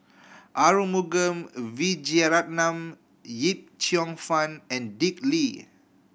Arumugam Vijiaratnam Yip Cheong Fun and Dick Lee